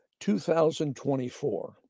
2024